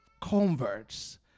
converts